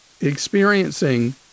experiencing